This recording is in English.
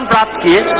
um da da